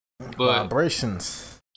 Vibrations